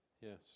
Yes